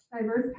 diverse